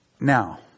Now